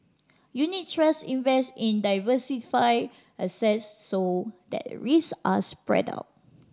unit trusts invest in diversified assets so that risk are spread out